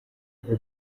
ngo